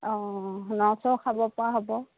অঁ ন চও খাব পৰা হ'ব